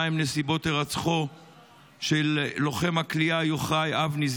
מהן נסיבות הירצחו של לוחם הכליאה יוחאי אבני,